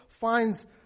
finds